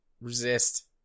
Resist